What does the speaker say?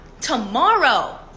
tomorrow